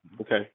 Okay